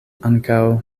ankaŭ